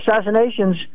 assassinations